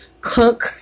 cook